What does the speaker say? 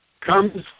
comes